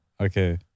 Okay